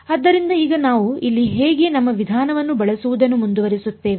ಆದ್ದರಿಂದ ಈಗ ನಾವು ಇಲ್ಲಿ ಹೇಗೆ ನಮ್ಮ ವಿಧಾನವನ್ನು ಬಳಸುವುದನ್ನು ಮುಂದುವರಿಸುತ್ತೇವೆ